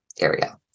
area